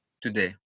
today